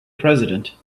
president